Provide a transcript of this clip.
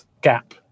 gap